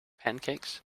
pancakes